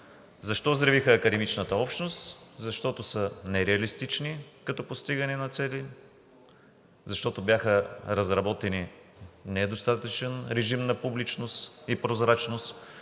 Защо взривиха академичната общност? Защото са нереалистични като постигане на цели, защото бяха разработени в недостатъчен режим на публичност и прозрачност,